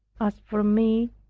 as for me,